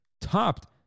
topped